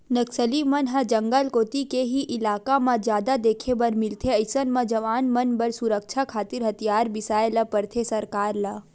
नक्सली मन ह जंगल कोती के ही इलाका म जादा देखे बर मिलथे अइसन म जवान मन बर सुरक्छा खातिर हथियार बिसाय ल परथे सरकार ल